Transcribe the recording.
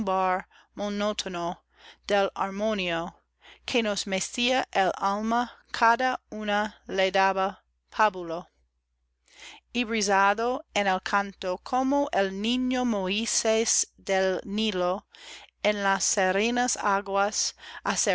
pábulo y brizado en el canto como el niño moisés del nilo en las serenas aguas